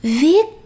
viết